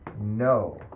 no